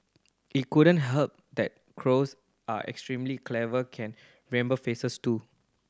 it couldn't help that crows are extremely clever can remember faces too